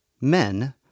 men